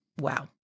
Wow